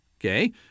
okay